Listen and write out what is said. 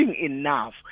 enough